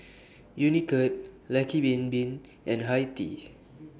Unicurd Lucky Bin Bin and Hi Tea